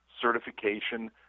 certification